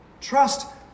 Trust